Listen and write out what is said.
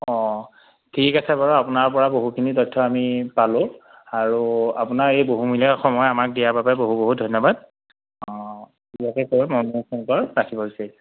অঁ ঠিক আছে বাৰু আপোনাৰপৰা বহুখিনি তথ্য আমি পালোঁ আৰু আপোনাক এই বহুমূলীয়া সময় আমাক দিয়াৰ বাবে বহু বহু ধন্যবাদ অঁ ইয়াকে কৈ মই মোৰ ফোন কল ৰাখিব বিচাৰিছোঁ